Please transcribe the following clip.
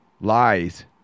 Lies